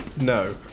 No